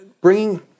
bringing